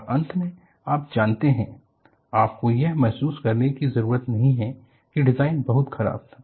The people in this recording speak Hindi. और अंत में आप जानते हैं आपको यह महसूस करने की ज़रूरत नहीं है कि डिज़ाइन बहुत खराब था